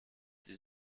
die